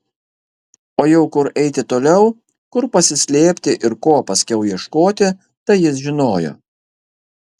o jau kur eiti toliau kur pasislėpti ir ko paskiau ieškoti tai jis žinojo